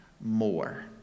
more